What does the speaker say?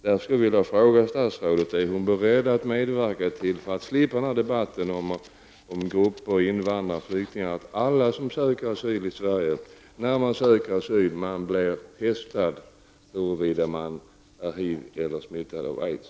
Jag skulle därför vilja fråga statsrådet: Är statsrådet, för att slippa debatten om invandrar och flyktinggrupper, beredd att medverka till att alla som söker asyl blir testade vid ansökningstillfället huruvida de är smittade av HIV eller har aids?